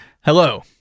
Hello